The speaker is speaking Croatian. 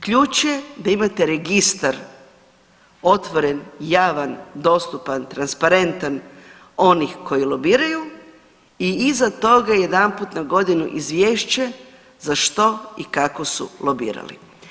Ključ je da imate registar otvoren, javan, dostupan, transparentan onih koji lobiraju i iza toga jedanput na godinu izvješće za što i kako su lobirali.